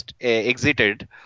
exited